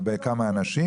ביטון.